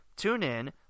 TuneIn